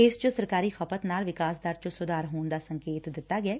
ਇਸ ਚ ਸਰਕਾਰੀ ਖ਼ਪਤ ਨਾਲ ਵਿਕਾਸ ਦਰ ਚ ਸੁਧਾਰ ਹੋਣ ਦਾ ਸੰਕੇਤ ਦਿੱਤਾ ਗਿਐ